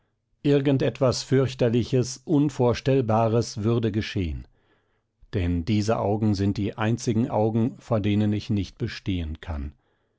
exhibitionieren irgendetwas fürchterliches unvorstellbares würde geschehen denn diese augen sind die einzigen augen vor denen ich nicht bestehen kann